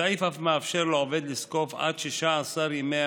הסעיף אף מאפשר לעובד לזקוף עד 16 ימי